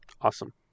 awesome